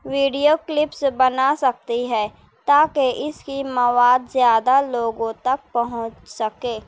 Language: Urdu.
ویڈیو کلپس بنا سکتی ہے تاکہ اس کی مواد زیادہ لوگوں تک پہنچ سکے